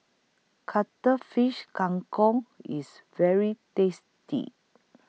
Cuttlefish Kang Kong IS very tasty